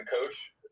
coach